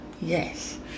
Yes